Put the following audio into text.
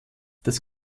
das